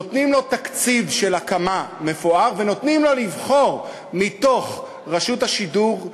נותנים לו תקציב הקמה מפואר ונותנים לו לבחור מתוך רשות השידור,